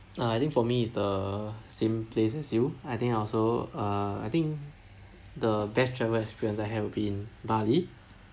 uh I think for me is the same place as you I think I also uh I think the best travel experience I have will be in bali